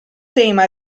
tema